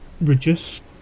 Reduce